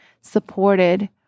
supported